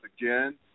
again